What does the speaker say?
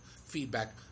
feedback